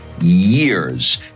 years